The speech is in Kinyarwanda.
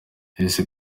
ese